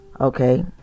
Okay